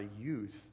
youth